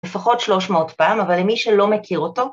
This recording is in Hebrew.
לפחות שלוש מאות פעם, אבל למי שלא מכיר אותו